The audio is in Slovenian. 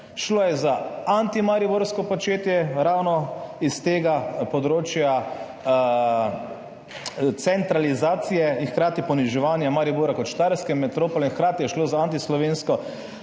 šlo je za antimariborsko početje, ravno iz tega področja centralizacije in hkrati poniževanja Maribora kot štajerske metropole, in hkrati je šlo za antislovensko početje